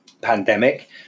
pandemic